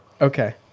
Okay